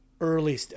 early